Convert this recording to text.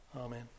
Amen